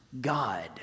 God